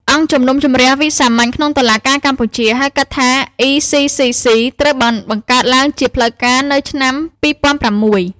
អង្គជំនុំជម្រះវិសាមញ្ញក្នុងតុលាការកម្ពុជា (ហៅកាត់ថា ECCC) ត្រូវបានបង្កើតឡើងជាផ្លូវការនៅឆ្នាំ២០០៦។